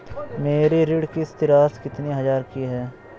मेरी ऋण किश्त राशि कितनी हजार की है?